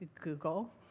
Google